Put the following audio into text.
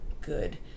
good